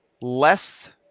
less